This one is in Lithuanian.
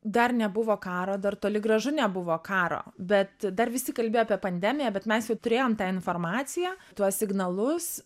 dar nebuvo karo dar toli gražu nebuvo karo bet dar visi kalbėjo apie pandemiją bet mes jau turėjom tą informaciją tuos signalus